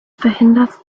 verhindert